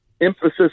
emphasis